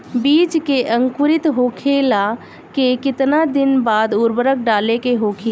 बिज के अंकुरित होखेला के कितना दिन बाद उर्वरक डाले के होखि?